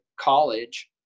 college